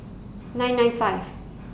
nine nine five